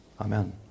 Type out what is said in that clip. Amen